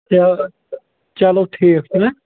چَلو چَلو ٹھیٖک چھُ چھُنا